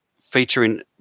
featuring